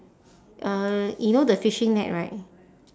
uh you know the fishing net right